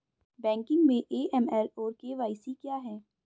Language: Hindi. बैंकिंग में ए.एम.एल और के.वाई.सी क्या हैं?